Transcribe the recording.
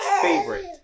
favorite